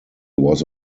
was